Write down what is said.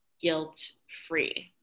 guilt-free